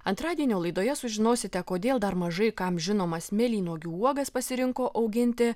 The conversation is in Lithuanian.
antradienio laidoje sužinosite kodėl dar mažai kam žinomas mėlynuogių uogas pasirinko auginti